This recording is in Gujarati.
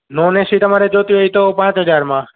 નોન એસી તમારે જોઈતી હોય તો પાંચ હજારમાં